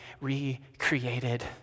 recreated